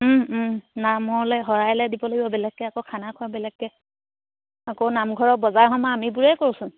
নামলে শৰাইলে দিব লাগিব বেলেগকে আকৌ খানা খোৱা বেলেগকে আকৌ নামঘৰৰ বজাৰ সমাৰ আমিবোৰেই কৰোঁচোন